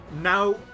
now